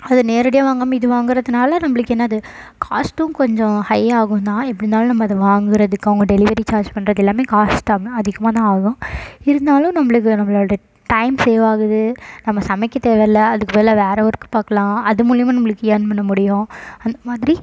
அது நேரடியாக வாங்காமல் இது வாங்கறதுனால் நம்மளுக்கு என்னது காஸ்ட்டும் கொஞ்சம் ஹையாகும் தான் எப்படி இருந்தாலும் நம்ம அது வாங்குகிறதுக்கு அவங்க டெலிவரி சார்ஜ் பண்ணுறது எல்லாமே காஸ்ட் ஆனால் அதிகமாக தான் ஆகும் இருந்தாலும் நம்மளுக்கு நம்மளோட டைம் சேவ் ஆகுது நம்ம சமைக்க தேவையில்ல அதுக்கு பதிலாக வேறு ஒர்க்கு பார்க்கலாம் அது மூலிமா நம்மளுக்கு ஏர்ன் பண்ண முடியும் அந்த மாதிரி